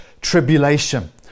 tribulation